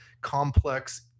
complex